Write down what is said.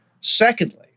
Secondly